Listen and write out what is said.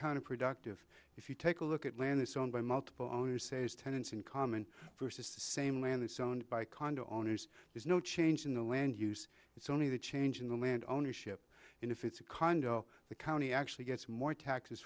counterproductive if you take a look at land that's owned by multiple owner says tenants in common versus the same land this owned by condo owners there's no change in the land use it's only the change in the land ownership and if it's a condo the county actually gets more taxes